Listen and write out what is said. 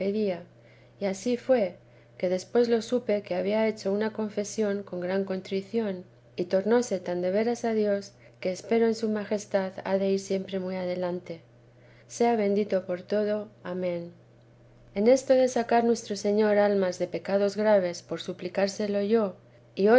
había hecho lo que pedía y ansí fué que después lo supe que había hecho una confesión con gran contrición y tornóse tan de veras a dios que espero en su majestad ha de ir siempre muy adelante sea bendito por todo amén en esto de sacar nuestro señor almas de pecados teresa de jes graves por suplicárselo yo